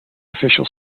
official